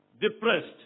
depressed